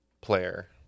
player